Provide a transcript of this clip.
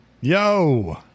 Yo